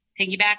piggyback